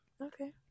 Okay